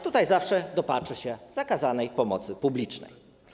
Tutaj zawsze dopatrzy się zakazanej pomocy publicznej.